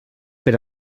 per